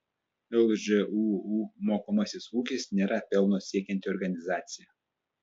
lžūu mokomasis ūkis nėra pelno siekianti organizacija